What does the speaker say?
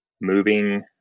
moving